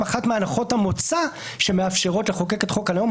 אחת מהנחות המוצא שמאפשרות לחוקק את חוק הלאום.